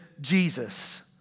Jesus